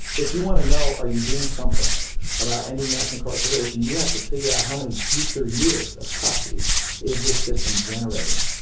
if you want to know are you doing something about ending mass incarceration, you have to figure out how many future years of custody is this system generating.